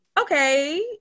okay